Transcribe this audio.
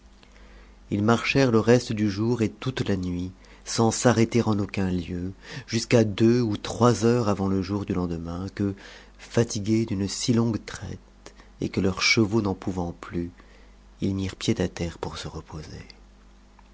ils marchèrent le reste du jour et toute la nuit sans s'arrêter en aucun lieu jusqu'à deux ou trois heures avant le jour du lendemain que fatigués d'une si longue traite et que leurs chevaux n'en pouvant plus ils mirent pied à terre pour se reposer